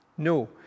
No